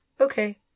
Okay